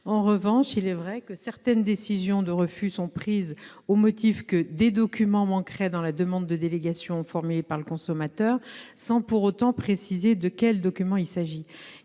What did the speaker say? En revanche, il est vrai que certaines décisions de refus sont prises au motif que des documents manqueraient dans la demande de délégation formulée par le consommateur, sans qu'il soit précisé de quels documents il s'agit.